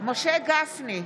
משה גפני,